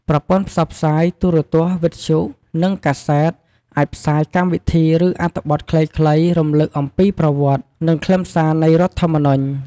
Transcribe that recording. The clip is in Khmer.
ប្រព័ន្ធផ្សព្វផ្សាយ ទូរទស្សន៍ វិទ្យុ និងកាសែតអាចផ្សាយកម្មវិធី ឬអត្ថបទខ្លីៗរំលឹកអំពីប្រវត្តិ និងខ្លឹមសារនៃរដ្ឋធម្មនុញ្ញ។